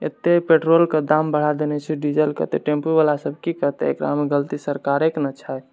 एते पेट्रोलके दाम बढ़ा देने छै डीजलके तऽ टेम्पूवला सब कि करतै एकरामे गलती सरकारेके ने छै